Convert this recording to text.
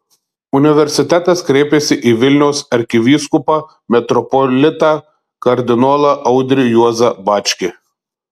universitetas kreipėsi į vilniaus arkivyskupą metropolitą kardinolą audrį juozą bačkį